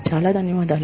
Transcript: చాలా ధన్యవాదాలు